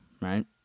right